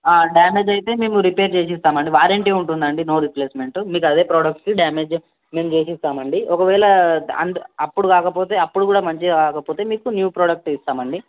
damage అయితే మేము repair చేసిస్తాం అండి వారంటీ ఉంటుంది అండి నో రిప్లైస్మెంట్ మీకు అదే ప్రోడక్ట్కి డ్యామేజ్ మేము చేసిస్తాం అండి ఒకవేళ అప్పుడు కాకపోతే అప్పుడు కూడా మంచిగా కాకపోతే మీకు న్యూ ప్రొడక్ట్ ఇస్తాం అండి